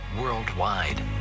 worldwide